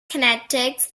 kinetics